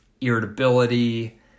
irritability